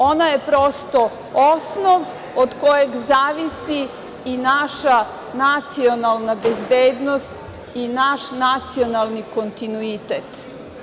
Ona je prosto osnov od kojeg zavisi i naša nacionalna bezbednost i naš nacionalni kontinuitet.